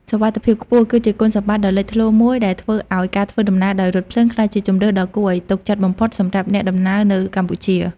សុវត្ថិភាពខ្ពស់ គឺជាគុណសម្បត្តិដ៏លេចធ្លោមួយដែលធ្វើឱ្យការធ្វើដំណើរដោយរថភ្លើងក្លាយជាជម្រើសដ៏គួរឱ្យទុកចិត្តបំផុតសម្រាប់អ្នកដំណើរនៅកម្ពុជា។